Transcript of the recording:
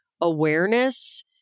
awareness